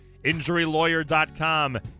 Injurylawyer.com